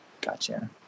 Gotcha